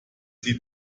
sie